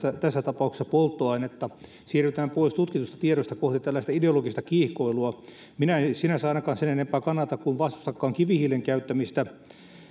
tässä tapauksessa polttoainetta ja siirrytään pois tutkitusta tiedosta kohti tällaista ideologista kiihkoilua minä en sinänsä ainakaan sen enempää kannata kuin vastustakaan kivihiilen käyttämistä